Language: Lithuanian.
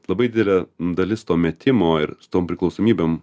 labai didelė dalis to metimo ir su tom priklausomybėm